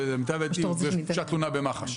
אבל למיטב ידיעתי הוגשה תלונה במח"ש.